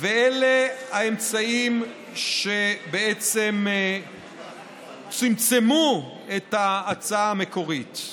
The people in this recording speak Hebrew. אלה האמצעים שבעצם צמצמו את ההצעה המקורית.